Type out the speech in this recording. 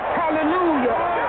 hallelujah